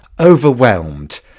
overwhelmed